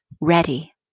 ready